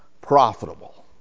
profitable